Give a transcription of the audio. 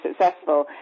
successful